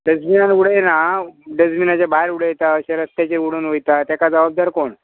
डस्टबिनान उडयना डस्टबिनाच्या भायर उडयता अशें रस्त्याचेर उडोवन वयता तेका जबाबदार कोण